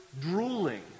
drooling